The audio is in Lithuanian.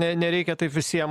ne nereikia taip visiem